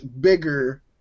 bigger